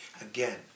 again